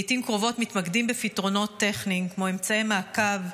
לעיתים קרובות מתמקדים בפתרונות טכניים כמו אמצעי מעקב,